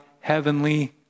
heavenly